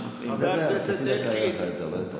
אתה טוב מאוד במספרים.